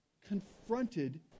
confronted